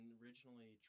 originally